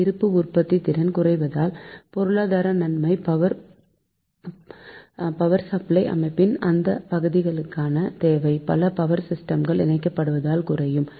இந்த இருப்பு உற்பத்தி திறன் குறைவதால் பொருளாதார நன்மை பவர் சப்ளை அமைப்பின் அந்தத்தப்பகுதிக்கான தேவை பல பவர் சிஸ்டம்கள் இணைக்கப்படுவதால் குறையும்